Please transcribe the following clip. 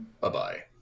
Bye-bye